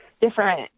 different